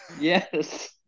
yes